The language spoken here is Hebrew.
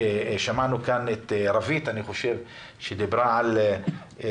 שמענו כאן את רווית בן ברוך שדיברה על קצבת